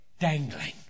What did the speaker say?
dangling